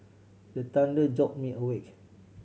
the thunder jolt me awake